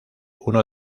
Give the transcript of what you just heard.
uno